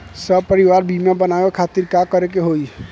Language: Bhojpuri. सपरिवार बीमा करवावे खातिर का करे के होई?